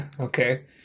Okay